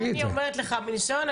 אני אומרת לך מניסיון,